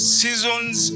seasons